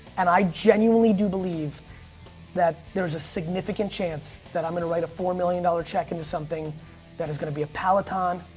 and i genuinely do believe that there's a significant chance that i'm going to write a four million dollars check into something that is going to be a peloton,